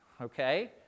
Okay